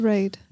Right